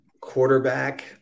quarterback